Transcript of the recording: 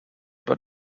but